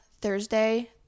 Thursday